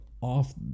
off